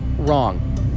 wrong